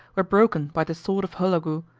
were broken by the sword of holagou,